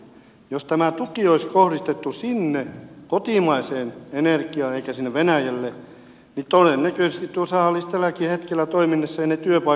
jos tämä tuki olisi kohdistettu sinne kotimaiseen energiaan eikä sinne venäjälle niin todennäköisesti tuo saha olisi tälläkin hetkellä toiminnassa ja ne työpaikat siellä olisivat säilyneet